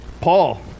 Paul